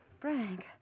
Frank